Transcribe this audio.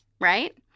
right